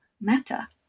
matter